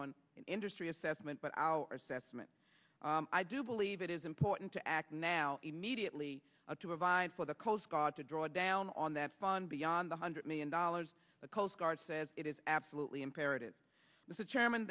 on industry assessment but our assessment i do believe it is important to act now immediately to provide for the coast guard to draw down on that fund beyond the hundred million dollars the coast guard says it is absolutely imperative that chairman